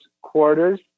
quarters